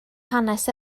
hanes